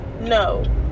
no